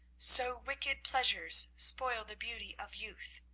so wicked pleasures spoil the beauty of youth.